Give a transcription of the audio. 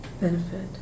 benefit